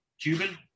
Cuban